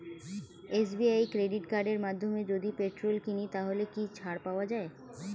SBI credit কার্ডের মাধ্যমে যদি পেট্রোল কিনি তাহলে কি ছাড় পাওয়া যায়?